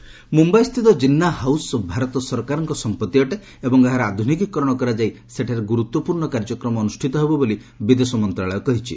MEA Jinnah house Mumbai ସ୍ଥିତ Jinnah house Bharat ସରକାରଙ୍କ ସମ୍ପତ୍ତି ଅଟେ ଏବଂ ଏହାର ଆଧୁନିକିକରଣ କରାଯାଇ ସେଠାରେ ଗୁରୁତ୍ୱପୂର୍ଣ୍ଣ କାର୍ଯ୍ୟକ୍ରମ ଅନୁଷ୍ଠିତ ହେବ ବୋଲି ବିଦେଶ ମନ୍ତ୍ରଣାଳୟ କହିଛି